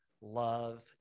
love